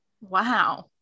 Wow